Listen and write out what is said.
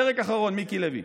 פרק אחרון, מיקי לוי,